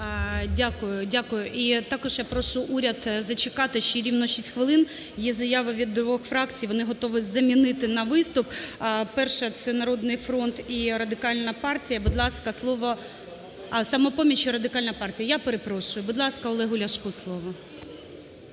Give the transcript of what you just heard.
Дякую. І також я прошу уряд зачекати ще рівно 6 хвилин. Є заява від двох фракцій, вони готові замінити на виступ. Перше. Це "Народний фронт" і Радикальна партія. Будь ласка, слово... А, "Самопоміч" і Радикальна партія, я перепрошую. Будь ласка, Олегу Ляшку слово.